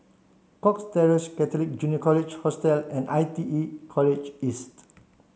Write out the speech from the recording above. Cox Terrace Catholic Junior College Hostel and I T E College East